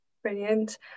Brilliant